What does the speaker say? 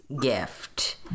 gift